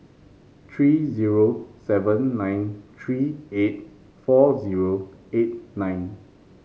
three zero seven nine three eight four zero eight nine